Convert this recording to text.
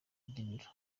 rubyiniro